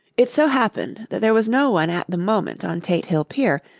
it so happened that there was no one at the moment on tate hill pier,